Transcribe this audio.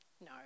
No